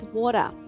water